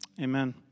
Amen